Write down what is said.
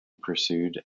pursued